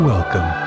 Welcome